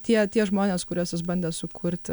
tie tie žmonės kuriuos jis bandė sukurti